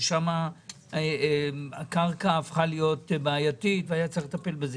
שם הקרקע הפכה בעייתית והיה צריך לטפל בזה.